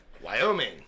Wyoming